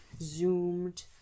zoomed